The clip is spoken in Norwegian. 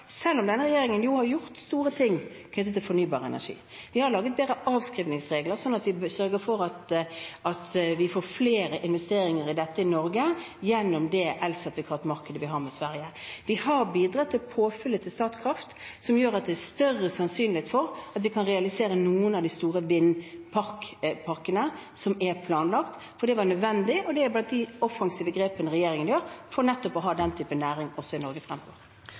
selv om denne regjeringen har gjort store ting knyttet til fornybar energi. Vi har laget bedre avskrivningsregler, som sørger for at vi får flere investeringer i dette i Norge, gjennom elsertifikatmarkedet vi har sammen med Sverige. Vi har bidratt ved påfyll av kapital til Statkraft, som gjør at det er større sannsynlighet for at vi kan realisere noen av de store vindparkene som er planlagt. Det var nødvendig og er blant de offensive grepene regjeringen gjør, for å ha nettopp den typen næring i Norge også fremover.